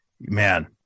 man